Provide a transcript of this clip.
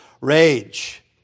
rage